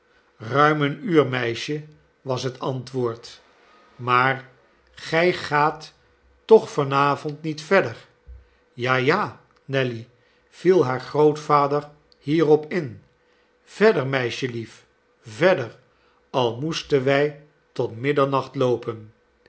ruim een uur meisje was het antwoord maar gij gaat toch van avond niet verder a ja nelly viel haar grootvader hierop in verder meisjelief verder al moesten wij tot middernacht loopen